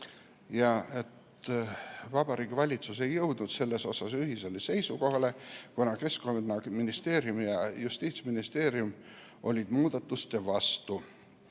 ja Vabariigi Valitsus ei jõudnud selles ühisele seisukohale, sest Keskkonnaministeerium ja Justiitsministeerium olid muudatuste vastu.